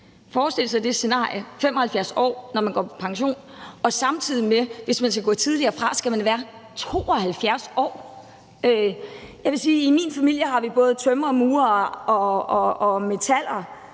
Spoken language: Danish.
forestille sig det scenarie, at man er 75 år, når man går på pension, og hvis man skal gå tidligere fra, skal man være 72 år. Jeg vil sige, at i min familie har vi både tømrere og murere